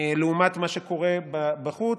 לעומת מה שקורה בחוץ.